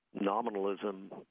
nominalism